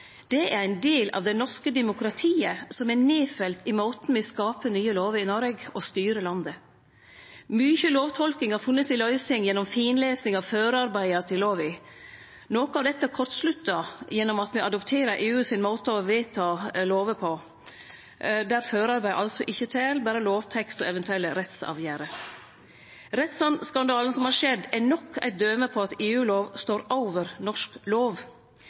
Det er ein del av det norske demokratiet som er nedfelt i måten me skapar nye lover i Noreg og styrer landet på. Mykje lovtolking har funne si løysing gjennom finlesing av førearbeidet til lova. Noko av dette kortsluttar gjennom at me adopterer EU sin måte å vedta lover på, der førearbeidet altså ikkje tel, berre lovtekst og eventuelle rettsavgjerder. Rettsskandalen som har skjedd, er nok eit døme på at EU-lov står over norsk lov,